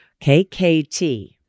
KKT